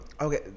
Okay